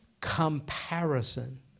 comparison